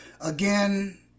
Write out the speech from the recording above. Again